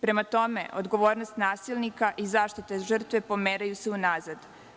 Prema tome, odgovornost nasilnika i zaštita žrtve pomeraju se unazad.